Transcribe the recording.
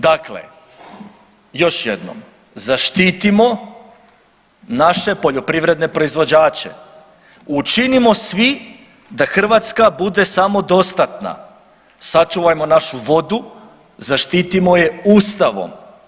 Dakle, još jednom, zaštitimo naše poljoprivredne proizvođače, učinimo svi da Hrvatska bude samodostatna, sačuvajmo našu vodu, zaštitimo je Ustavom.